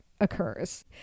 occurs